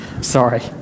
Sorry